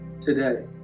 today